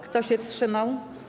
Kto się wstrzymał?